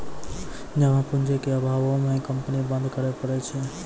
जमा पूंजी के अभावो मे कंपनी बंद करै पड़ै छै